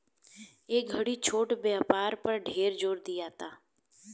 ए घड़ी छोट व्यापार पर ढेर जोर दियाता